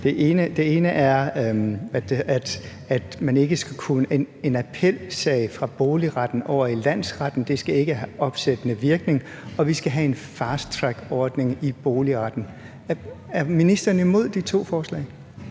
Det ene er, at en appelsag fra boligretten over i landsretten ikke skal have opsættende virkning, og det andet er, at vi skal have en fast track-ordning i boligretten. Er ministeren imod de to forslag?